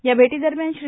या भेटो दरम्यान श्री